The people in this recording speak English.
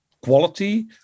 quality